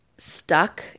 stuck